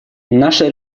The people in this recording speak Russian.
наша